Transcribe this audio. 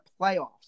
playoffs